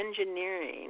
engineering